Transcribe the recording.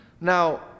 Now